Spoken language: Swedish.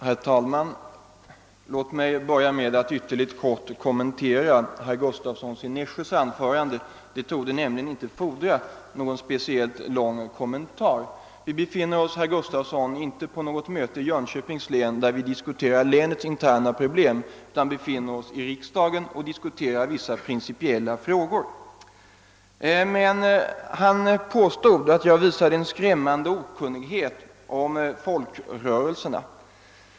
Herr talman! Låt mig börja med att ytterligt kort kommentera herr Gustavssons i Nässjö anförande. Det torde nämligen inte fordra någon speciellt lång kommentar. Vi befinner oss, herr Gustavsson, inte på något möte i Jönköpings län där vi diskuterar länets interna problem, utan vi befinner oss i riksdagen, och vi diskuterar vissa principiella frågor. Herr Gustavsson påstod att jag visade en skrämmande okunnighet om folkrörelserna.